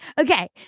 Okay